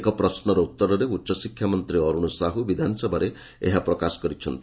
ଏକ ପ୍ରଶ୍ନର ଉତ୍ତରରେ ଉଚ୍ଚଶିକ୍ଷାମନ୍ତୀ ଅରୁଣ ସାହୁ ବିଧାନସଭାରେ ଏହା ପ୍ରକାଶ କରିଛନ୍ତି